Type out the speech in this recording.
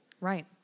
Right